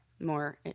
more